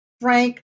frank